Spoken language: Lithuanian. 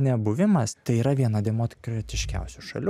nebuvimas tai yra viena demotkratiškiausių šalių